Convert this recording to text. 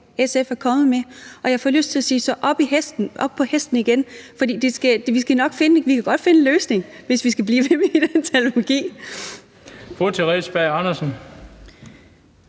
SF er kommet med, og jeg får lyst til at sige: Op på hesten igen, for vi kan godt finde en løsning – hvis vi skal blive i den terminologi. Kl. 18:44 Den fg.